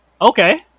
okay